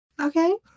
Okay